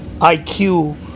IQ